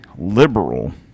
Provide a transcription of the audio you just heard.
liberal